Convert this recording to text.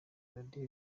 radio